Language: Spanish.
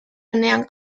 planean